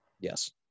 Yes